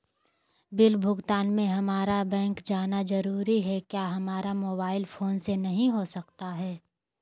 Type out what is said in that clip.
Bill भुगतान में हम्मारा बैंक जाना जरूर है क्या हमारा मोबाइल फोन से नहीं हो सकता है?